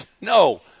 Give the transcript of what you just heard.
No